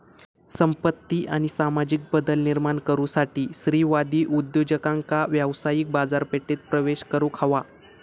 संपत्ती आणि सामाजिक बदल निर्माण करुसाठी स्त्रीवादी उद्योजकांका व्यावसायिक बाजारपेठेत प्रवेश करुक हवा